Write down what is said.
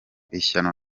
ishyano